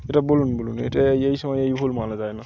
এটা বলুন বলুন এটা এই সময় এই ভুল মানা যায় না